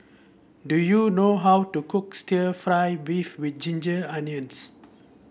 do you know how to cook stir fry beef with Ginger Onions